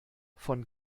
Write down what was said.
von